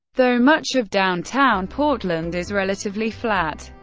though much of downtown portland is relatively flat,